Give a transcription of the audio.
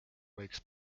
võiks